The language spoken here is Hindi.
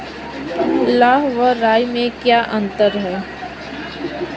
लाह व राई में क्या अंतर है?